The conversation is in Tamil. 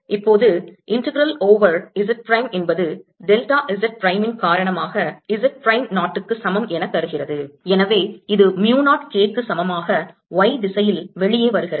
இப்போது integral ஓவர் Z பிரைம் என்பது டெல்டா Z பிரைம் ன் காரணமாக Z பிரைம் 0 க்கு சமம் என தருகிறது எனவே இது mu 0 K க்கு சமமாக Y திசையில் வெளியே வருகிறது